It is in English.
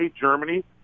Germany